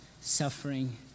suffering